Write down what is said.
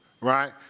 right